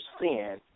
sin